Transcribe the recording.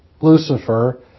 Lucifer